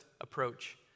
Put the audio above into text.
approach